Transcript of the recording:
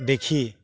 দেখি